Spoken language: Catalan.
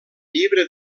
llibre